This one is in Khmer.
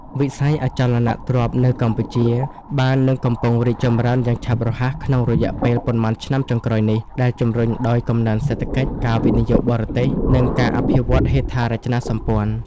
វិស័យអចលនទ្រព្យនៅកម្ពុជា បាននិងកំពុងរីកចម្រើនយ៉ាងឆាប់រហ័សក្នុងរយៈពេលប៉ុន្មានឆ្នាំចុងក្រោយនេះ ដែលជំរុញដោយកំណើនសេដ្ឋកិច្ច ការវិនិយោគបរទេស និងការអភិវឌ្ឍហេដ្ឋារចនាសម្ព័ន្ធ។